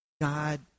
God